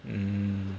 mm